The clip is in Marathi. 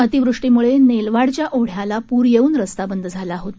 अतिवृष्टीमुळे नेलवाडच्या ओढ्याला पूर येऊन रस्ता बंद झाला होता